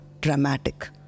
dramatic